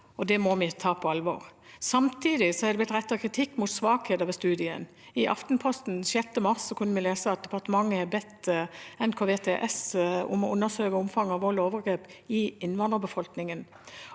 Det må vi ta på alvor. Samtidig er det blitt rettet kritikk mot svakheter ved studien. I Aftenposten 6. mars kunne vi lese at departementet har bedt NKVTS om å undersøke omfanget av vold og overgrep i innvandrerbefolkningen.